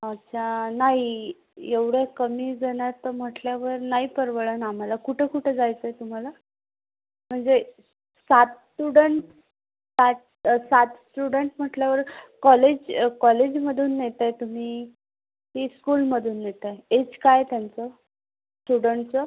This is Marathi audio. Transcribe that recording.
अच्छा नाही एवढं कमी जणं आहेत तर म्हटल्यावर नाही परवडत आम्हाला कुठं कुठं जायचं आहे तुम्हाला म्हणजे सात स्टुडंट पाच सात स्टुडंट म्हटल्यावर कॉलेज कॉलेजमधून नेत आहे तुम्ही की स्कूलमधून नेत आहे एज काय आहे त्यांचं स्टुडंटचं